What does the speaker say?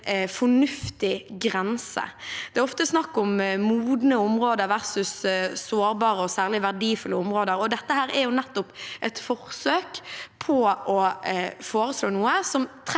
Det er ofte snakk om modne områder versus sårbare og særlig verdifulle områder, og dette er nettopp et forsøk på å foreslå noe som trekker